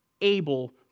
able